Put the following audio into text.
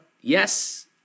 yes